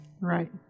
Right